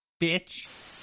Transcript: Bitch